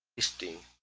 listing